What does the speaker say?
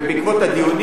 ובעקבות הדיונים